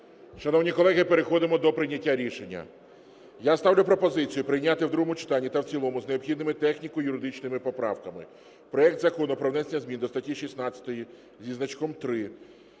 Шановні колеги, переходимо до прийняття рішення. Я ставлю пропозицію прийняти в другому читанні та в цілому з необхідними техніко-юридичними поправками проект Закону про внесення змін до статті 16 зі значком 3